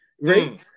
right